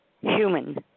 human